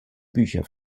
bücher